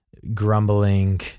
grumbling